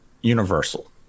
universal